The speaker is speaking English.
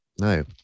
No